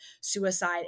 suicide